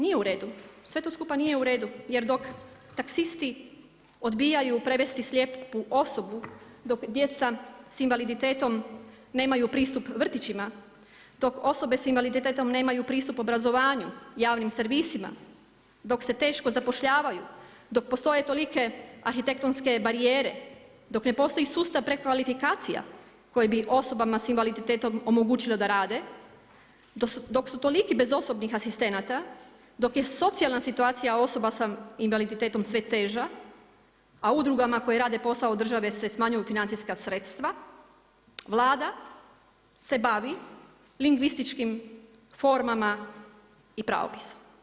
Nije u redu, sve to skupa nije u redu jer dok taksisti odbijaju prevesti slijepu osobu, dok djeca sa invaliditetom nemaju pristup vrtićima, dok osobe sa invaliditetom nemaju pristup obrazovanju, javnim servisima, dok se teško zapošljavaju, dok postoje tolike arhitektonske barijere, dok ne postoji sustav prekvalifikacija koje bi osobama sa invaliditetom omogućile da rade, dok su toliki bez osobnih asistenata, dok je socijalna situacija osoba sa invaliditetom sve teža a udrugama koje rade posao države se smanjuju financijska sredstva, Vlada se bavi lingvističkim formama i pravopisom.